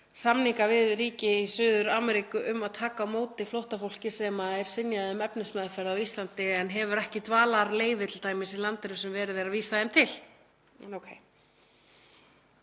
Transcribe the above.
samninga við ríki Suður-Ameríku um að taka á móti flóttafólki sem er synjað um efnismeðferð á Íslandi en hefur ekki dvalarleyfi í landinu sem verið er að vísa því til.